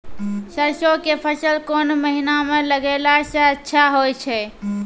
सरसों के फसल कोन महिना म लगैला सऽ अच्छा होय छै?